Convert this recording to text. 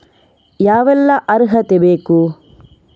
ಯಾವೆಲ್ಲ ಅರ್ಹತೆ ಬೇಕು?